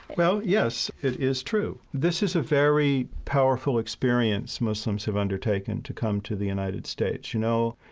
well, yes, it is true. this is a very powerful experience muslims have undertaken to come to the united states. you know,